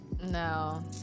No